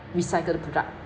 recycle the product